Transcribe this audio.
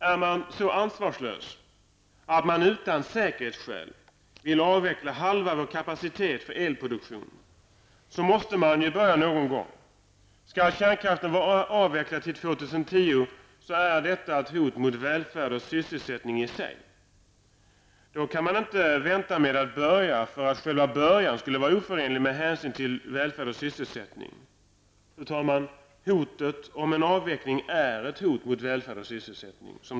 Är man så ansvarslös att man utan hänsyn till säkerhetsskäl vill avveckla halva vår kapacitet för elproduktion, måste man börja någon gång. Skall kärnkraften vara avvecklad till 2010, är det ett hot mot välfärd och sysselsättning i sig. Man kan inte vänta med att sättning. Fru talman! Hotet om en avveckling är ett hot mot välfärd och sysselsättning.